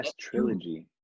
trilogy